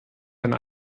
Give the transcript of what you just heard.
einen